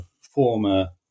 former